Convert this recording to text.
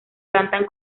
cantan